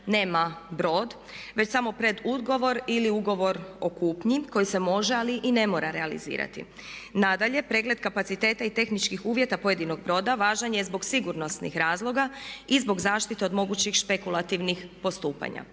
nema brod već samo predugovor ili ugovor o kupnji koji se može ali i ne mora realizirati. Nadalje, pregled kapaciteta i tehničkih uvjeta pojedinog broda važan je zbog sigurnosnih razloga i zbog zaštite od mogućih špekulativnih postupanja.